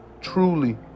truly